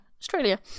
Australia